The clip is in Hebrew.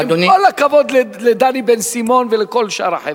עם כל הכבוד לדני בן-סימון ולכל שאר החבר'ה,